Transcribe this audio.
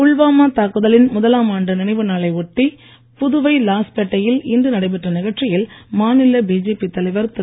புல்வாமா தாக்குதலின் முதலாம் ஆண்டு நினைவு நாளை ஒட்டி புதுவையில் இன்று லாஸ்பேட் டையில் நடைபெற்ற நிகழ்ச்சியில் மாநில பிஜேபி தலைவர் திரு